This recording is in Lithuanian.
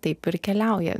taip ir keliauja